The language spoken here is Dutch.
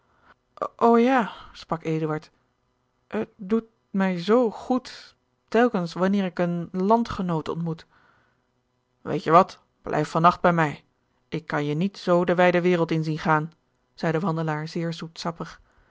ja sprak eduard het doet mij zoo goed telkens wanneer ik een landgenoot ontmoet weet je wat blijf van nacht bij mij ik kan je niet zoo de wijde wereld in zien gaan zei de wandelaar